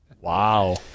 Wow